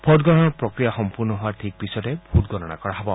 ভোটগ্ৰহণৰ প্ৰক্ৰিয়া সম্পৰ্ণ হোৱাৰ ঠিক পিছতে ভোটগণনা কৰা হ'ব